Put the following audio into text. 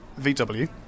VW